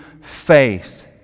faith